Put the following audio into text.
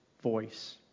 voice